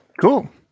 Cool